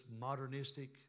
modernistic